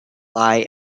lie